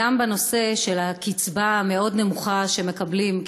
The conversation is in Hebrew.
גם הנושא של הקצבה המאוד-נמוכה שהם מקבלים,